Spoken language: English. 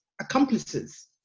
accomplices